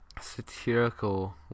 Satirical